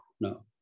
no